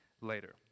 later